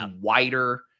wider